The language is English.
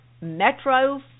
Metro